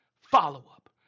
follow-up